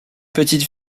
petite